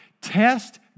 Test